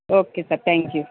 okay sir thank you